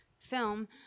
film